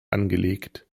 angelegt